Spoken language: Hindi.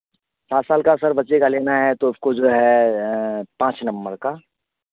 सात साल का सर बच्चे का लेना है तो उसको जो है पाँच नंबर का